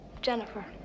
Jennifer